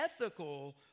ethical